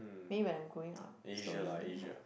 maybe when I'm growing up slowly then